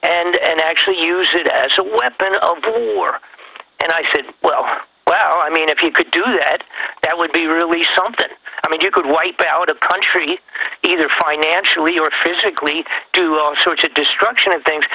weather and actually use it as a weapon of war and i said well well i mean if you could do that that would be really something i mean you could wipe out a country either financially or physically do on such a destruction of things